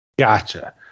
Gotcha